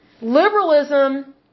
Liberalism